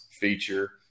feature